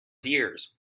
ears